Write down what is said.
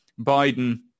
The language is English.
Biden